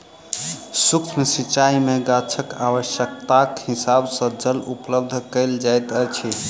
सुक्ष्म सिचाई में गाछक आवश्यकताक हिसाबें जल उपलब्ध कयल जाइत अछि